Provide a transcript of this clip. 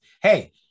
Hey